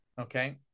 Okay